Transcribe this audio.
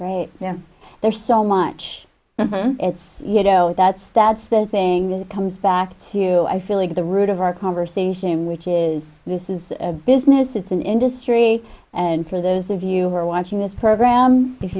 right now there's so much it's you know that's that's the thing that comes back to you i feel like the root of our conversation which is this is a business it's an industry and for those of you were watching this program if